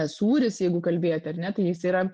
sūris jeigu kalbėjot ar ne tai jis yra